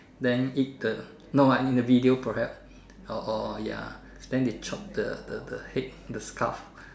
then eat the no ah in the video perhaps orh orh ya then they chopped the the the head the skull